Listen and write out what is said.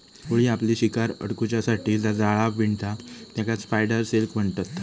कोळी आपली शिकार अडकुच्यासाठी जा जाळा विणता तेकाच स्पायडर सिल्क म्हणतत